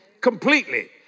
completely